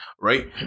right